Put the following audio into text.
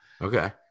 Okay